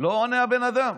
לא עונה, הבן אדם.